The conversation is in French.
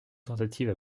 tentative